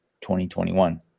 2021